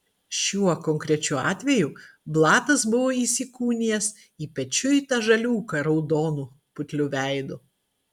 šiuo konkrečiu atveju blatas buvo įsikūnijęs į pečiuitą žaliūką raudonu putliu veidu